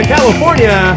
California